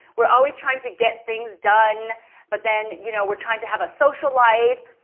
we're always trying to get things done but then you know we're trying to have a social life.